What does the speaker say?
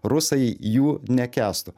rusai jų nekęstų